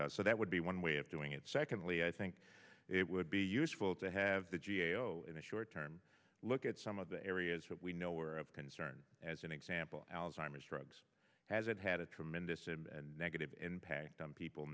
and so that would be one way of doing it secondly i think it would be useful to have the g a o in a short term look at some of the areas that we know are of concern as an example alzheimer's drugs hasn't had a tremendous and negative impact on people